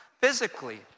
physically